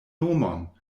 nomon